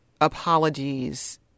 apologies